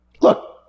Look